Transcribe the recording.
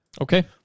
Okay